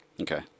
okay